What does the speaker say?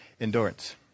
Endurance